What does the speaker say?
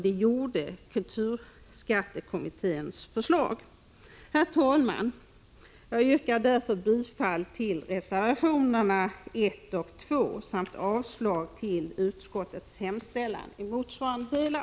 Det var kulturskattekommitténs förslag. Herr talman! Jag yrkar bifall till reservationerna 1 och 2 samt avslag på utskottets hemställan i motsvarande delar.